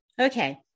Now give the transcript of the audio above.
Okay